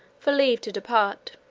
for leave to depart